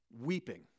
weeping